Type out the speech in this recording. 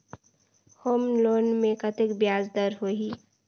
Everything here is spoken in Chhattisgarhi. होम लोन मे कतेक ब्याज दर होही?